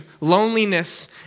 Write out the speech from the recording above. loneliness